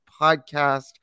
podcast